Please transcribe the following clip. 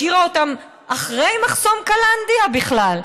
השאירה אותו אחרי מחסום קלנדיה בכלל.